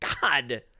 God